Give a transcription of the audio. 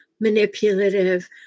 manipulative